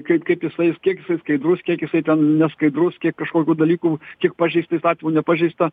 kaip kaip jisai kiek jisai skaidrus kiek jisai ten neskaidrus kiek kažkokių dalykų kiek pažeista įstatymų nepažeista